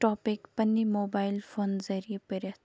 topic پَننہِ mobile فونہٕ ذٔریعہ پٔرتھ